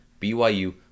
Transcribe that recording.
BYU